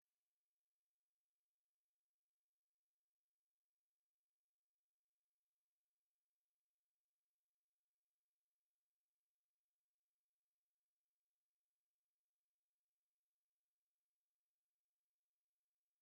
Gucuruza ibiribwa mu iduka, birimo: imiceri, kawunga, amakaroni, amavuta n’ibindi ni ingenzi mu buzima bwacu bwa buri munsi kuko byorohereza abaturage kubona ibyo bakeneye bya buri munsi hafi yabo. Ababikora bishyura imisoro igihugu kikarushaho gutera imbere.